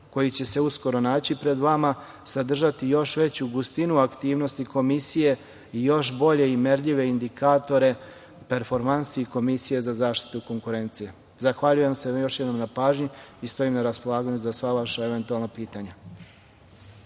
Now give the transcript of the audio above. koji će se uskoro naći pred vama sadržati još veću gustinu aktivnosti Komisije i još bolje i merljive indikatore performansi Komisije za zaštitu konkurencije. Zahvaljujem se još jednom na pažnji i stojim na raspolaganju za sva vaša eventualna pitanja.